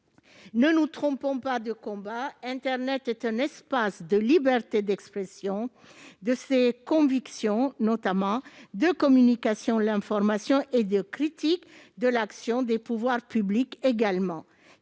Ne nous trompons pas de combat : internet est un espace de liberté d'expression de ses convictions, de communication de l'information et de critique de l'action des pouvoirs publics. Il est